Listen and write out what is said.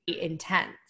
Intense